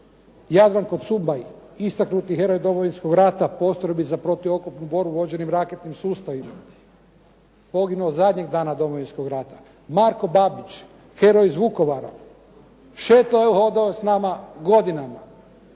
Jadranko Cumbaj, istaknuti heroj Domovinskog rata postrojbi za protuoklopnu borbu vođeni raketnim sustavima. Poginuo zadnjeg dana Domovinskog rata. Marko Babić, heroj iz Vukovara. Šetao je, hodao s nama godinama.